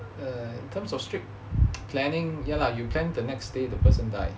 err in terms of strict planning ya lah you plan the next day the person die